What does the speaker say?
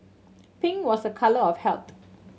pink was a colour of health